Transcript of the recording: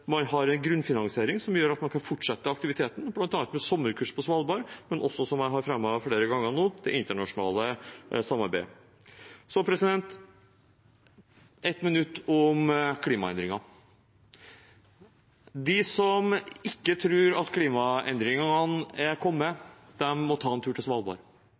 man kan fortsette aktiviteten, bl.a. med sommerkurs på Svalbard, men også – som jeg har fremmet flere ganger nå – det internasjonale samarbeidet. Så ett minutt om klimaendringene: De som ikke tror at klimaendringene har kommet, må ta en tur til Svalbard.